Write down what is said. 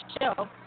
show